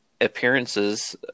appearances